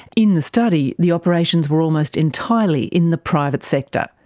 in the study, the operations were almost entirely in the private sector,